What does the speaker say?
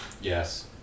Yes